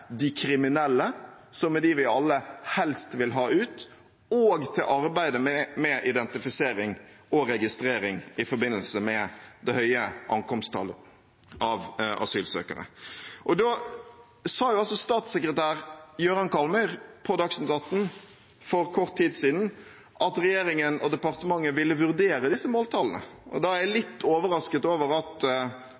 de kriminelle, som er de vi alle helst vil ha ut, og til arbeidet med identifisering og registrering i forbindelse med det høye ankomsttallet av asylsøkere. Statssekretær Jøran Kallmyr sa på Dagsnytt 18 for kort tid siden at regjeringen og departementet ville vurdere disse måltallene, og da er jeg litt overrasket over at